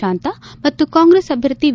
ಶಾಂತಾ ಮತ್ತು ಕಾಂಗ್ರೆಸ್ ಅಭ್ಯರ್ಥಿ ವಿ